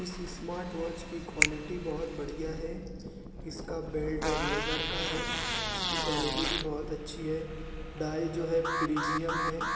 اس smart watch کی quality بہت بڑھیا ہے اس کا بیلٹ اور لیدر کا ہے اس کی کوالیٹی بہت اچھی ہے ڈائل جو ہے پریمیئم ہے